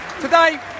Today